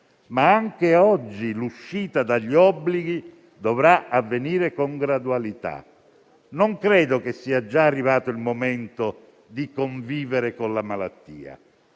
ma anche oggi l'uscita dagli obblighi dovrà avvenire con gradualità. Non credo che sia già arrivato il momento di convivere con la malattia;